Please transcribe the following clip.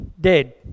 dead